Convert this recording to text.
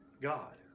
God